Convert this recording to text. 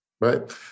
Right